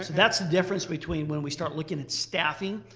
that's the difference between when we start looking at staffing.